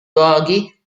luoghi